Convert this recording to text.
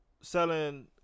Selling